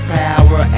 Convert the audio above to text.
power